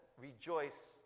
rejoice